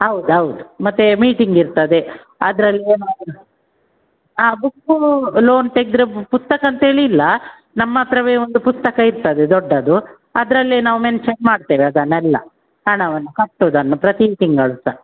ಹೌದೌದ್ ಮತ್ತೆ ಮೀಟಿಂಗ್ ಇರ್ತದೆ ಅದ್ರಲ್ಲಿ ಏನಾರು ಬುಕ್ಕೂ ಲೋನ್ ತೆಗೆದ್ರೆ ಪುಸ್ತಕ ಅಂತೇಳಿ ಇಲ್ಲ ನಮ್ಮತ್ತಿರವೆ ಒಂದು ಪುಸ್ತಕ ಇರ್ತದೆ ದೊಡ್ಡದು ಅದರಲ್ಲೆ ನಾವು ಮೆನ್ಶನ್ ಮಾಡ್ತೇವೆ ಅದನ್ನೆಲ್ಲ ಹಣವನ್ನು ಕಟ್ಟೋದನ್ನು ಪ್ರತಿ ತಿಂಗಳು ಸಹ